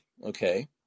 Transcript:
Okay